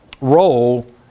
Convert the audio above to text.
role